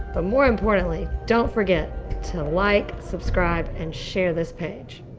but more importantly, don't forget to like, subscribe, and share this page.